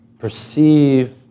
perceive